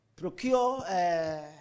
Procure